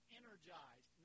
energized